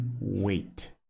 wait